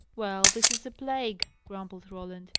well, this is a plague! grumbled roland.